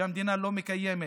המדינה לא מקיימת